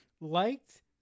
liked